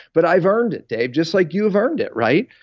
but i've earned it, dave, just like you've earned it, right?